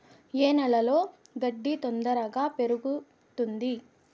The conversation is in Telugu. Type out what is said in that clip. ఏ నేలలో గడ్డి తొందరగా పెరుగుతుంది